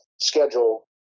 schedule